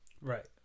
Right